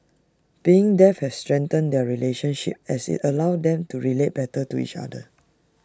being deaf has strengthened their relationship as IT allowed them to relate better to each other